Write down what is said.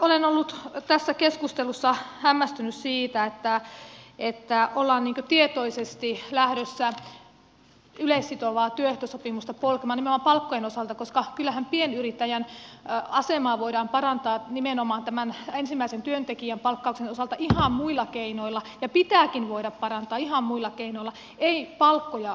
olen ollut tässä keskustelussa hämmästynyt siitä että ollaan tietoisesti lähdössä yleissitovaa työehtosopimusta polkemaan nimenomaan palkkojen osalta koska kyllähän pienyrittäjän asemaa voidaan parantaa nimenomaan tämän ensimmäisen työntekijän palkkauksen osalta ihan muilla keinoilla ja pitääkin voida parantaa ihan muilla keinoilla ei palkkoja alentamalla